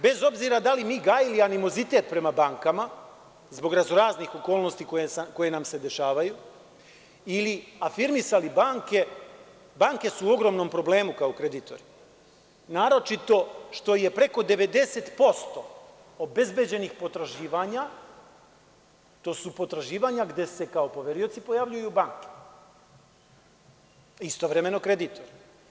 Bez obzira da li mi gajili animozitet prema bankama zbog raznoraznih okolnosti koje nam se dešavaju ili afirmisali banke, banke su u ogromnom problemu kao kreditori, naročito što je preko 90% obezbeđenih potraživanja, to su potraživanja gde se kao poverioci pojavljuju banke, istovremeno kreditori.